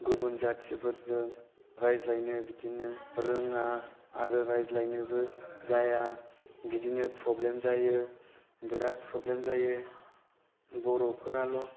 गुबुन जातिफोरजों रायज्लायनो बिदिनो रोङा आरो रायज्लायनायबो जाया बिदिनो प्रब्लेम जायो बिराद प्रब्लेम जायो बर'फोराल'